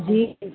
جی